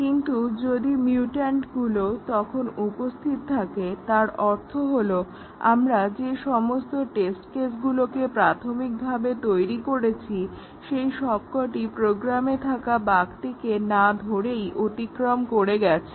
কিন্তু যদি মিউট্যান্টগুলো তখন উপস্থিত থাকে তার অর্থ হলো আমরা যে সমস্ত টেস্ট কেসগুলোকে প্রাথমিকভাবে তৈরি করেছি সেই সবকটি প্রোগ্রামে থাকে বাগটিকে না ধরেই অতিক্রম করে গেছে